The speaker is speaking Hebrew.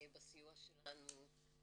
בסיוע שלנו,